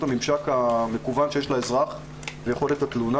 הממשק המקוון שיש לאזרח ויכולת התלונה.